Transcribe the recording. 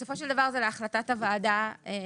בסופו של דבר זה להחלטת הוועדה והגורמים